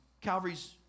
Calvary's